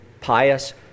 pious